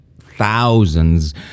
thousands